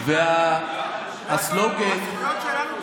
אתם תדאגו לזכויות שלנו?